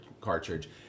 cartridge